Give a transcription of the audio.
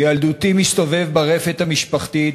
מילדותי אני מסתובב ברפת המשפחתית,